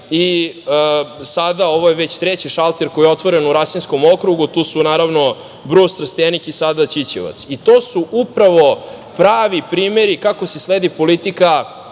i sada, ovo je već treći šalter koji je otvoren u Rasinkskom okrugu, tu su naravno Brus, Trstenik i sada Ćićevac. To su upravo pravi primere kako se sledi politika